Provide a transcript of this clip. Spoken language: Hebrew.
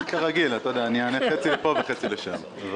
כרגיל, אתה יודע, אענה חצי לפה וחצי לשם ...